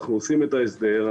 אנחנו עושים את ההסדר,